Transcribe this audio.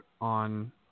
on